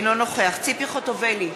אינו נוכח ציפי חוטובלי,